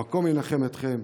המקום ינחם אתכם.